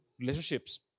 relationships